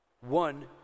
One